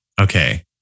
Okay